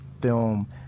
film